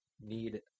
need